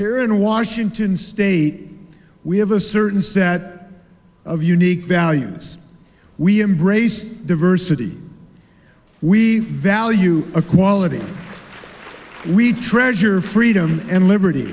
here in washington state we have a certain set of unique values we embrace diversity we value a quality we treasure freedom and liberty